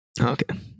Okay